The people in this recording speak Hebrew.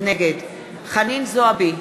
נגד חנין זועבי,